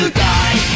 die